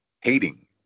hating